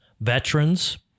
veterans